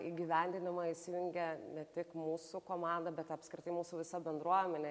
įgyvendinimą įsijungė ne tik mūsų komanda bet apskritai mūsų visa bendruomenė